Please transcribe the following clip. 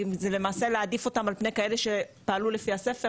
שלמעשה זה להעדיף אותם על פני כאלה שפעלו לפי הספר,